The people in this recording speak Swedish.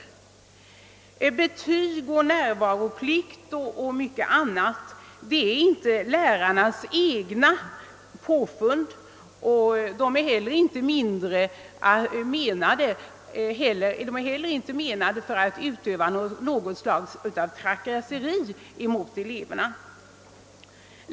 Betyg, närvaroplikt och mycket annat är inte lärarnas egna påfund. Det är inte heller lärarnas avsikt att använda dem för att trakassera eleverna.